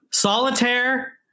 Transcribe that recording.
Solitaire